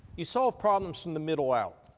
you solve problems from the middle out.